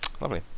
Lovely